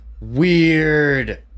Weird